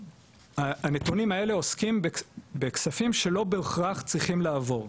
הנתונים האלה עוסקים בכספים שלא בהכרח צריכים לעבור,